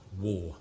war